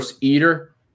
eater